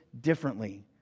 differently